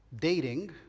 dating